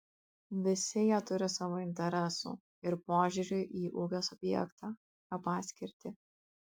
visi jie turi savo interesų ir požiūrį į ūkio subjektą jo paskirtį